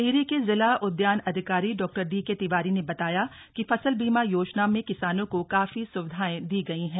टिहरी के जिला उद्यान अधिकारी डॉक्टर डीके तिवारी ने बताया कि फसल बीमा योजना में किसानों को काफी सुविधाएं दी गई हैं